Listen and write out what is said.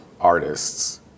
Artists